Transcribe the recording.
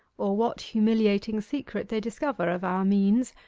or what humiliating secret they discover of our means,